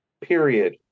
Period